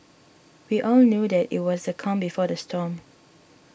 we all knew that it was the calm before the storm